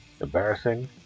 embarrassing